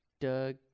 Doug